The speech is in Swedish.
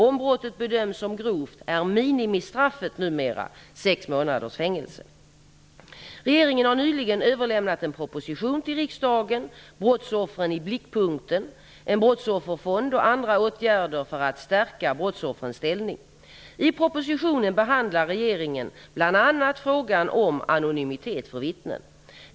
Om brottet bedöms som grovt är minimistraffet numera sex månaders fängelse. Regeringen har nyligen överlämnat en proposition till riksdagen: Brottsoffren i blickpunkten -- en brottsofferfond och andra åtgärder för att stärka brottsoffrens ställning . I propositionen behandlar regeringen bl.a. frågan om anonymitet för vittnen.